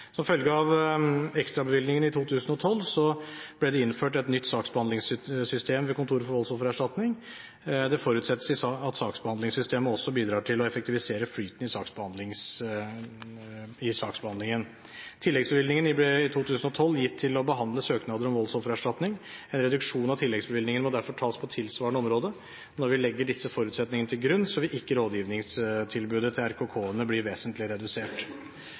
Som følge av ekstrabevilgningen i 2012 ble det innført et nytt saksbehandlingssystem ved Kontoret for voldsoffererstatning. Det forutsettes at saksbehandlingssystemet også bidrar til å effektivisere flyten i saksbehandlingen. Tilleggsbevilgningen i 2012 gikk til å behandle søknader om voldsoffererstatning. En reduksjon av tilleggsbevilgningen må derfor tas på tilsvarende område. Når vi legger disse forutsetningene til grunn, vil ikke rådgivningstilbudet til RKK-ene bli vesentlig redusert.